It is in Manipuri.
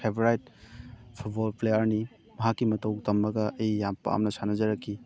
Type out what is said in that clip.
ꯐꯦꯚꯣꯔꯥꯏꯠ ꯐꯨꯠꯕꯣꯜ ꯄ꯭ꯂꯦꯌꯔꯅꯤ ꯃꯍꯥꯛꯀꯤ ꯃꯇꯧ ꯇꯝꯃꯒ ꯑꯩ ꯌꯥꯝ ꯄꯥꯝꯅ ꯁꯥꯟꯅꯖꯔꯛꯈꯤ